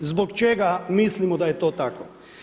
Zbog čega mislimo da je to tako?